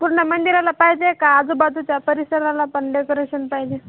पूर्ण मंदिराला पाहिजे का आजूबाजूच्या परिसराला पण डेकोरेशन पाहिजे